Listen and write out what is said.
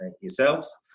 yourselves